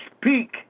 speak